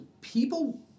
people